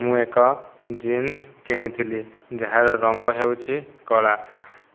ମୁଁ ଏକ ଜିନ୍ସ କିଣିଥିଲି ଯାହାର ରଙ୍ଗ ହେଉଛି କଳା